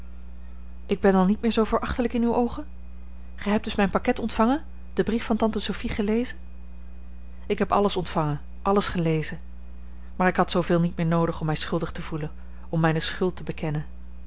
ik ben dan niet meer zoo verachtelijk in uwe oogen gij hebt dus mijn pakket ontvangen den brief van tante sophie gelezen ik heb alles ontvangen alles gelezen maar ik had zooveel niet meer noodig om mij schuldig te voelen om mijne schuld te bekennen